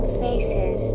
faces